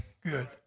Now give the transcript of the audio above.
good